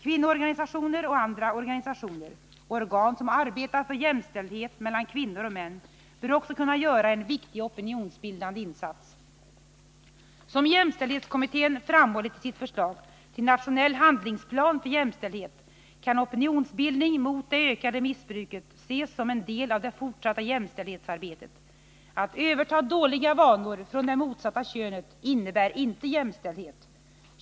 Kvinnoorganisationer och andra organisationer och organ som arbetar för jämställdhet mellan kvinnor och män bör också kunna göra en viktig opinionsbildande insats. 25 Som jämställdhetskommittén framhållit i sitt förslag till nationell handlingsplan för jämställdhet, kan opinionsbildning mot det ökade missbruket ses som en del av det fortsatta jämställdhetsarbetet. Att överta dåliga vanor från det motsatta könet innebär inte jämställdhet.